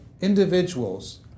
individuals